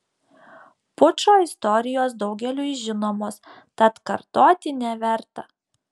pučo istorijos daugeliui žinomos tad kartoti neverta